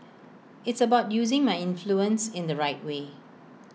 it's about using my influence in the right way